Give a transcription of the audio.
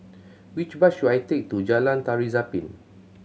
which bus should I take to Jalan Tari Zapin